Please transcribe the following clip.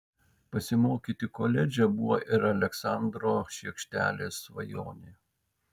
pasimokyti koledže buvo ir aleksandro šiekštelės svajonė